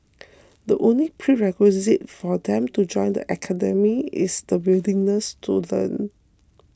the only prerequisite for them to join the academy is the willingness to learn